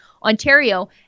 Ontario